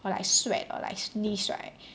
or like sweat or like sneeze right